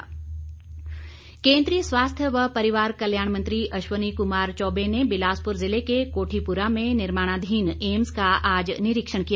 केंद्रीय मंत्री केंद्रीय स्वास्थ्य व परिवार कल्याण मंत्री अश्वनी कुमार चौबे ने बिलासपुर जिले के कोठीपुरा में निर्माणाधीन एम्स का आज निरीक्षण किया